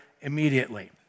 immediately